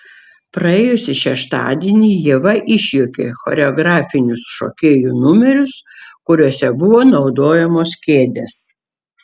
praėjusį šeštadienį ieva išjuokė choreografinius šokėjų numerius kuriuose buvo naudojamos kėdės